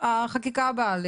החקיקה הבאה,